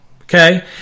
okay